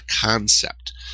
concept